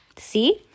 See